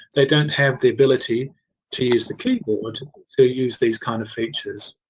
they don't have the ability to use the keyboard but to use these kind of features.